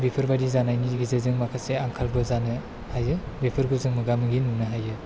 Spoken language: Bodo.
बेफोरबायदि जानायनि गेजेरजों माखासे आंखालखौ जानो हायो बेफोरखौ जों मोगा मोगि नुनो हायो